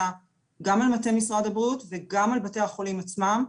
כרגע גם על מטה משרד הבריאות וגם על בתי החולים עצמם,